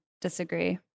disagree